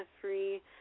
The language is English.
free